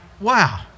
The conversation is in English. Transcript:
wow